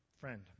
friend